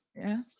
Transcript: yes